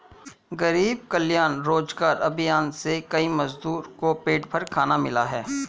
गरीब कल्याण रोजगार अभियान से कई मजदूर को पेट भर खाना मिला है